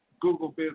Google